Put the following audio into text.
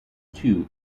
too